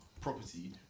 property